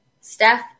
Steph